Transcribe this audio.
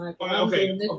okay